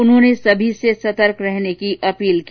उन्होंने सभी र्स सतर्क रहने की अपील की